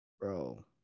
bro